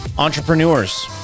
entrepreneurs